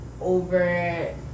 over